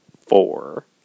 Four